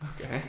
Okay